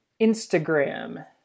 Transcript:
Instagram